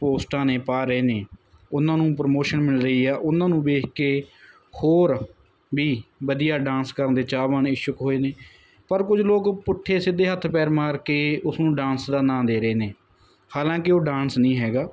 ਪੋਸਟਾਂ ਨੇ ਪਾ ਰਹੇ ਨੇ ਉਹਨਾਂ ਨੂੰ ਪ੍ਰਮੋਸ਼ਨ ਮਿਲ ਰਹੀ ਆ ਉਹਨਾਂ ਨੂੰ ਵੇਖ ਕੇ ਹੋਰ ਵੀ ਵਧੀਆ ਡਾਂਸ ਕਰਨ ਦੇ ਚਾਹਵਾਨ ਇਛੁੱਕ ਹੋਏ ਨੇ ਪਰ ਕੁਝ ਲੋਕ ਪੁੱਠੇ ਸਿੱਧੇ ਹੱਥ ਪੈਰ ਮਾਰ ਕੇ ਉਸਨੂੰ ਡਾਂਸ ਦਾ ਨਾਂ ਦੇ ਰਹੇ ਨੇ ਹਾਲਾਂਕਿ ਉਹ ਡਾਂਸ ਨਹੀਂ ਹੈਗਾ